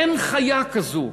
אין חיה כזאת.